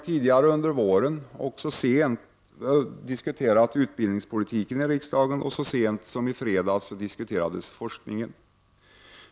Tidigare i våras diskuterades ju utbildningspolitiken här i riksdagen, och så sent som i fredags diskuterades forskningen.